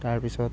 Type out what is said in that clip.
তাৰপিছত